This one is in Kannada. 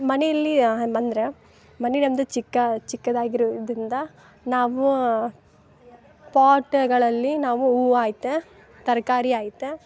ಮನೆಯಲ್ಲಿ ಆ ಹ್ ಅಂದ್ರೆ ಮನೆ ನಮ್ಮದು ಚಿಕ್ಕ ಚಿಕ್ಕದಾಗಿರುವುದಿಂದ ನಾವು ಪಾಟ್ಗಳಲ್ಲಿ ನಾವು ಹೂವ ಆಯ್ತು ತರಕಾರಿ ಆಯ್ತು